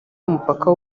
y’umupaka